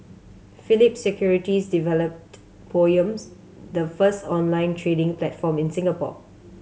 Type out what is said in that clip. Phillip Securities developed Poems the first online trading platform in Singapore